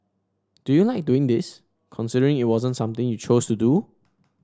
do you like doing this considering it wasn't something you chose to do